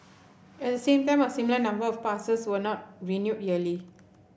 at the same time a similar number of passes were not renewed yearly